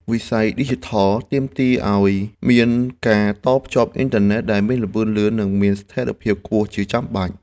វិស័យអប់រំឌីជីថលទាមទារឱ្យមានការតភ្ជាប់អ៊ិនធឺណិតដែលមានល្បឿនលឿន និងមានស្ថិរភាពខ្ពស់ជាចាំបាច់។